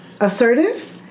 assertive